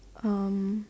um